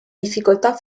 difficoltà